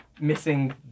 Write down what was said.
missing